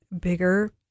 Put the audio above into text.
bigger